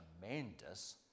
tremendous